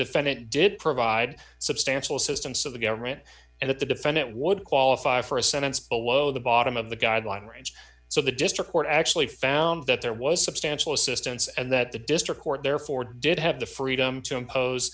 defendant did provide substantial system so the government and that the defendant would qualify for a sentence below the bottom of the guideline range so the district court actually found that there was substantial assistance and that the district court therefore did have the freedom to impose